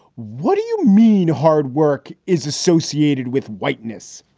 what do you mean hard work is associated with whiteness.